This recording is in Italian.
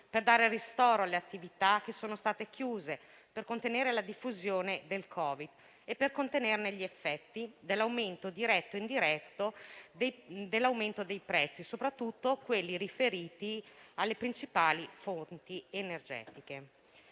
per dare ristoro a quelle che sono state chiuse, per contenere la diffusione del Covid e gli effetti diretti e indiretti dell'aumento dei prezzi, soprattutto quelli riferiti alle principali fonti energetiche.